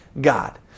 God